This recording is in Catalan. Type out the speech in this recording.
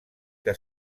que